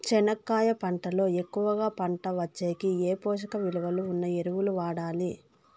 చెనక్కాయ పంట లో ఎక్కువగా పంట వచ్చేకి ఏ పోషక విలువలు ఉన్న ఎరువులు వాడాలి?